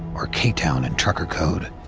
or k-town in trucker code.